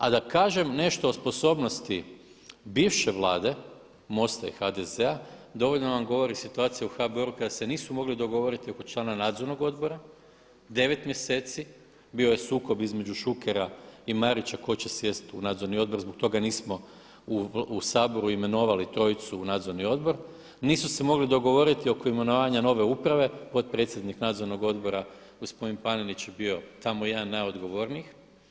A da kažem nešto o sposobnosti bivše Vlade, MOST-a i HDZ-a dovoljno vam govori situacija u HBOR-u kada se nisu mogli dogovoriti oko člana nadzornog odbora 9 mjeseci, bio je sukob između Šukera i Marića tko će sjest u nadzorni odbor, zbog toga nismo u Saboru imenovali trojicu u nadzorni odbor, nisu se mogli dogovoriti oko imenovanja nove uprave, potpredsjednik nadzornog odbora gospodin Panenić je bio tamo jedan od najodgovornijih.